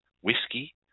whiskey